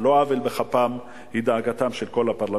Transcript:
על לא עוול בכפם, היא דאגתם של כל הפרלמנטים.